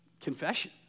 confession